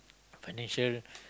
financial